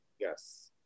Yes